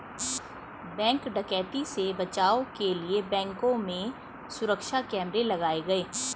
bank डकैती से बचाव के लिए बैंकों में सुरक्षा कैमरे लगाये गये